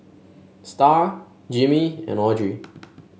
Starr Jimmy and Audrey